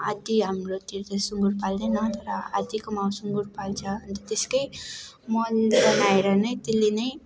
आधा हाम्रोतिर त सुँगुर पाल्दैन तर आधाकोमा सुँगुर पाल्छ त्यसकै मल बनाएर नै त्यसले नै